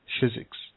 physics